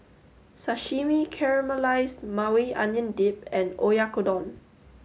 Sashimi Caramelized Maui Onion Dip and Oyakodon